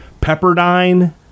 Pepperdine